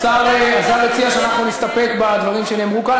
השר הציע שאנחנו נסתפק בדברים שנאמרו כאן.